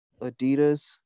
Adidas